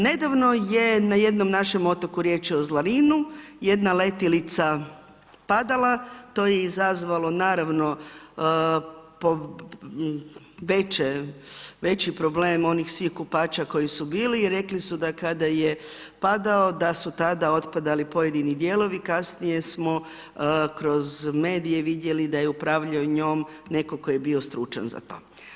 Nedavno je na jednom našem otoku, riječ je o Zlarinu, jedna letjelica padala, to je izazvalo naravno veći problem onih svih kupaća koji su bili i rekli su da kada je padao da su tada otpadali pojedini dijelovi, kasnije smo kroz medije vidjeli da je upravljao njom netko tko je bio stručan za to.